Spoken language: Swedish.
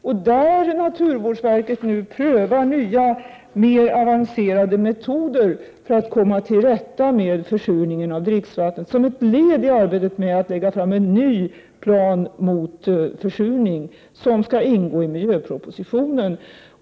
Där prövar naturvårdsverket nu nya mer avancerade metoder för att komma till rätta med försurningen av dricksvattnet. Detta görs som ett led i arbetet med att lägga fram en ny plan mot försurning, som skall ingå i miljöpropositionen.